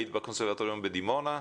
היית בקונסרבטוריון בדימונה?